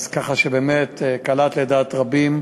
אז ככה שבאמת קלעת לדעת רבים,